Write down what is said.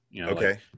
Okay